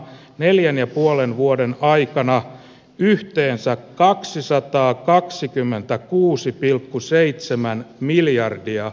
neljän ja puolen vuoden aikana yhteensä kaksisataakaksikymmentäkuusi pilkku seitsemän miljardia